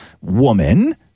woman